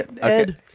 ed